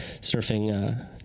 surfing